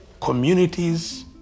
communities